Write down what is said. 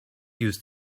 use